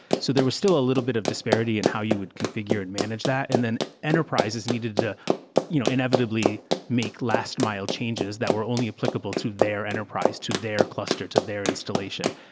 so there was still a little bit of disparity in how you would configure and manage that. and then enterprises needed to you know inevitably make last mile changes that were only applicable to their enterprise, to their cluster, to their installation.